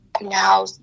now